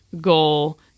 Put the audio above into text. goal